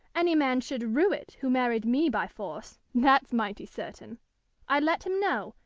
any man should rue it who married me by force, that's mighty certain i'd let him know,